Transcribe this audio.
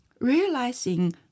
realizing